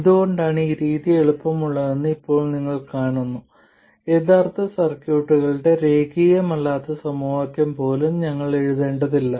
എന്തുകൊണ്ടാണ് ഈ രീതി എളുപ്പമുള്ളതെന്ന് ഇപ്പോൾ നിങ്ങൾ കാണുന്നു യഥാർത്ഥ സർക്യൂട്ടുകളുടെ രേഖീയമല്ലാത്ത സമവാക്യം പോലും ഞങ്ങൾ എഴുതേണ്ടതില്ല